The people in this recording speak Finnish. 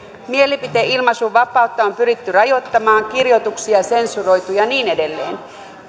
mielipiteenilmaisunvapautta on pyritty rajoittamaan kirjoituksia sensuroitu ja niin edelleen